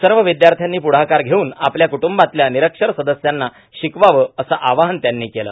सर्व विद्यार्थ्यानी पुढाकार घेऊन आपल्या कुटूंबातल्या निरक्षर सदस्यांना शिकवावं असं आवाहन त्यांनी केलं